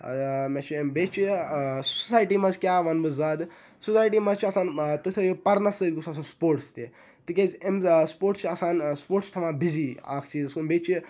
مےٚ چھِ بیٚیہِ چھِ سوسایٹی منٛز کیٛاہ وَنہٕ بہٕ زیادٕ سوسایٹی منٛز چھُ آسان تیُتھُے ہیوٗ پرنَس سۭتۍ گوٚژھ آسُن سپوٹٕس تہِ تِکیٛازِ اَمہِ سپوٹٕس چھِ آسان سپوٹٕس چھِ تھاوان بِزی اَکھ چیٖزَس کُن بیٚیہِ چھِ